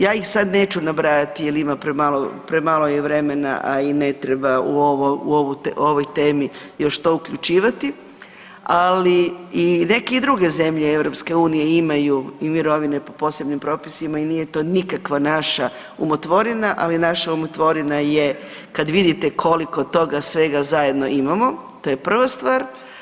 Ja ih sada neću nabrajati jel imam premalo vremena, a i ne treba u ovoj temi još to uključivati, ali i neke druge zemlje EU imaju i mirovine po posebnim propisima i nije to nikakva naša umotvorina, ali naša umotvorina je kad vidite koliko toga svega zajedno imamo, to je prva stvar.